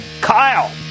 Kyle